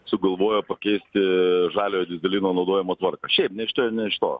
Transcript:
sugalvojo pakeisti žaliojo dyzelino naudojimo tvarką šiaip nei iš šio nei iš to